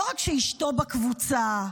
לא רק שאשתו בקבוצה,